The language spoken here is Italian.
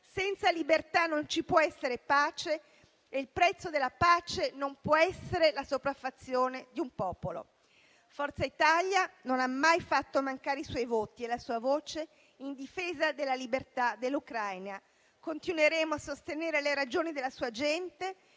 senza libertà non ci può essere pace e il prezzo della pace non può essere la sopraffazione di un popolo. Forza Italia non ha mai fatto mancare i suoi voti e la sua voce in difesa della libertà dell'Ucraina. Continueremo a sostenere le ragioni della sua gente,